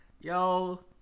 yo